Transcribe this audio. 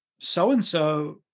so-and-so